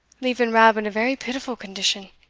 leaving rab in a very pitiful condition.